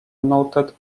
noted